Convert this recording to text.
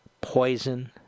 poison